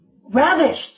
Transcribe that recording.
ravished